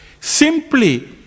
Simply